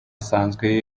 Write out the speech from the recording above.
asanzwe